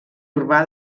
urbà